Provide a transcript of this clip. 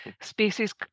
Species